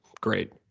great